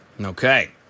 Okay